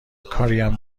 کاریم